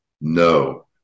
No